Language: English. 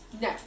no